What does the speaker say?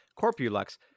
Corpulux